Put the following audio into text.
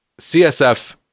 CSF